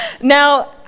Now